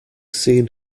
seen